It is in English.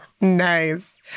Nice